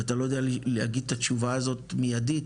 ואתה לא יודע להגיד את התשובה הזאת מידית,